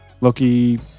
Loki